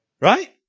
right